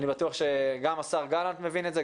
אני בטוח שגם השר גלנט מבין את זה,